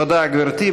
תודה, גברתי.